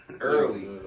early